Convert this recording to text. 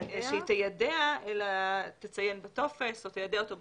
שהיא תיידע אלא תציין בטופס או תיידע אותו בטופס.